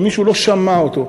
שמישהו לא שמע אותו.